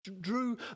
drew